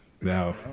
No